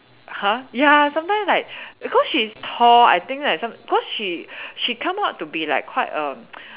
!huh! ya sometimes like because she's tall I think that some cause she she come up to be like quite a